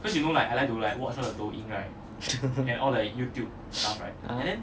(uh huh)